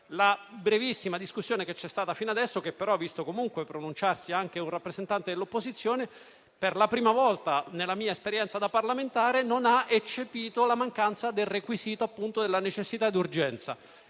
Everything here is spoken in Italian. La brevissima discussione che c'è stata fino adesso - che, però, ha visto comunque pronunciarsi anche un rappresentante dell'opposizione - per la prima volta nella mia esperienza di parlamentare non ha eccepito la mancanza del requisito della necessità e dell'urgenza;